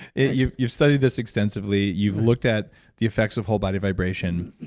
you've you've studied this extensively. you've looked at the effects of whole body vibration,